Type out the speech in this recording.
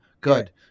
Good